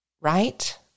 right